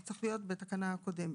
היא צריכה להיות בתקנה הקודמת.